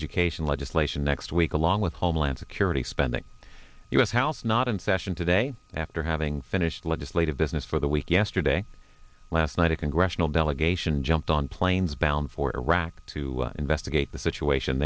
education legislation next week along with homeland security spending u s house not in session today after having finished legislative business for the week yesterday last night a congressional delegation jumped on planes bound for iraq to investigate the situation